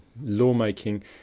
lawmaking